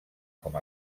com